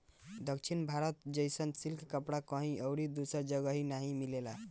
दक्षिण भारत जइसन सिल्क कपड़ा कहीं अउरी दूसरा जगही नाइ मिलेला